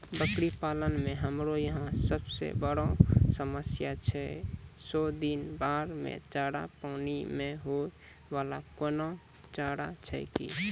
बकरी पालन मे हमरा यहाँ सब से बड़ो समस्या छै सौ दिन बाढ़ मे चारा, पानी मे होय वाला कोनो चारा छै कि?